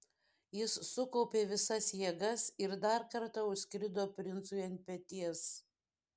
jis sukaupė visas jėgas ir dar kartą užskrido princui ant peties